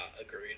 agreed